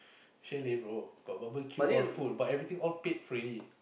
chalet bro got barbeque all food but everything all paid already